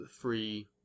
three